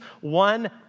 one